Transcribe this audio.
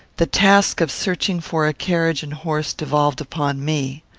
the task of searching for a carriage and horse devolved upon me.